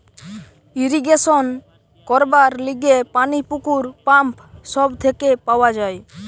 irrigation করবার লিগে পানি পুকুর, পাম্প সব থেকে পাওয়া যায়